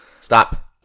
Stop